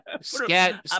Scat